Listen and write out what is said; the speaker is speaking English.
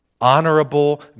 honorable